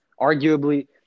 Arguably